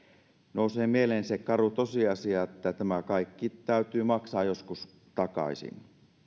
nousee mieleen se karu tosiasia että tämä kaikki täytyy maksaa joskus takaisin